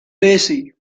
daisy